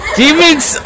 demons